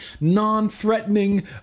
non-threatening